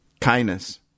Kindness